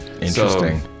Interesting